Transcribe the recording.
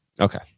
Okay